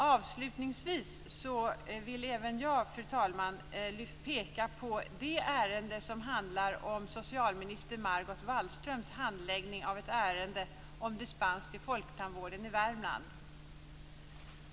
Avslutningsvis vill även jag, fru talman, peka på det ärende som handlar om förra socialminister Margot Wallströms handläggning av ett ärende som dispens till folktandvården i Värmland.